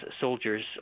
soldiers